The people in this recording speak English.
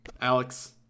Alex